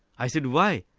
i said, why?